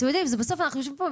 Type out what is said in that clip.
אנחנו יושבים פה,